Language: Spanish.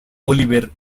oliver